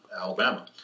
Alabama